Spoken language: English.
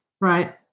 Right